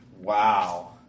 Wow